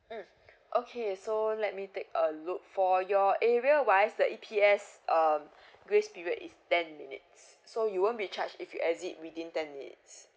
mm okay so let me take a look for your area wise the E_P_S um grace period is ten minutes so you won't be charged if you exit within ten minutes